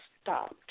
stopped